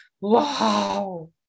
wow